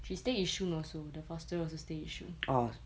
she stay yishun also the foster also stay yishun